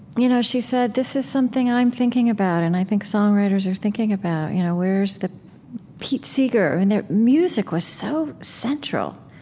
you know she said, this is something i'm thinking about. and i think songwriters are thinking about you know where's the pete seeger? and music was so central,